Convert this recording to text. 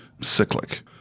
cyclic